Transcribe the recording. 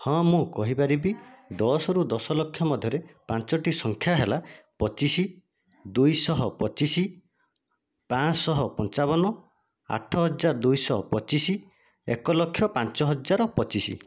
ହଁ ମୁଁ କହି ପାରିବି ଦଶରୁ ଦଶ ଲକ୍ଷ ମଧ୍ୟରେ ପାଞ୍ଚୋଟି ସଂଖ୍ୟା ହେଲା ପଚିଶ ଦୁଇଶହ ପଚିଶ ପାଞ୍ଚଶହ ପଞ୍ଚାବନ ଆଠ ହଜାର ଦୁଇଶହ ପଚିଶ ଏକ ଲକ୍ଷ ପାଞ୍ଚହଜାର ପଚିଶ